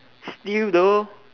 still though